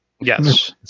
Yes